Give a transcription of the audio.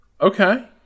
Okay